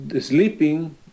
sleeping